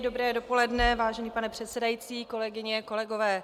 Dobré dopoledne, vážený pane předsedající, kolegyně, kolegové.